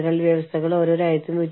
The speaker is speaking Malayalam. അത് തികച്ചും അനിവാര്യമാണ്